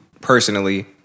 personally